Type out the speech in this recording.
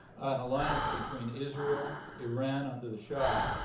an alliance between israel, iran under the shah,